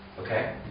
Okay